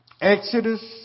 Exodus